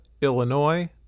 illinois